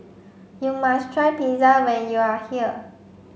you must try Pizza when you are here